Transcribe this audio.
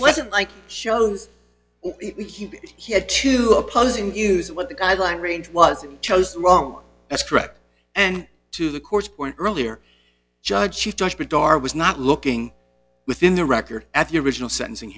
wasn't like shows he had two opposing views of what the guideline range was you chose the wrong that's correct and two the courts or an earlier judge she judged or was not looking within the record at the original sentencing